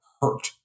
hurt